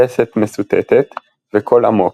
לסת מסותתת וקול עמוק.